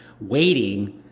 waiting